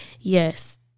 Yes